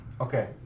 Okay